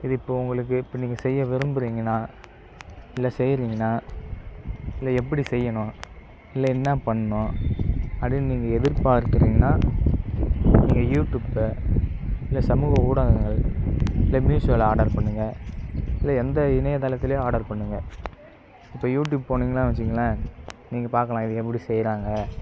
இது இப்போ உங்களுக்கு இப்போ நீங்கள் செய்ய விரும்புறீங்கன்னா இல்லை செய்யறீங்கன்னா இல்லை எப்படி செய்யணும் இல்லை என்ன பண்ணனும் அப்படின்னு நீங்கள் எதிர்பார்க்குறீங்கன்னா நீங்கள் யூடியூப்பில் இல்லை சமூக ஊடகங்கள் இல்ல மீசோல ஆர்டர் பண்ணுங்க இல்லை எந்த இணைய தளத்துலையோ ஆர்டர் பண்ணுங்கள் இப்போ யூடியூப் போனீங்கன்னா வச்சுக்கோங்களேன் நீங்கள் பார்க்கலாம் இது எப்படி செய்யறாங்க